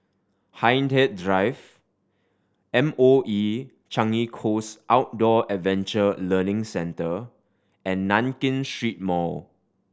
Hindhede Drive M O E Changi Coast Outdoor Adventure Learning Centre and Nankin Street Mall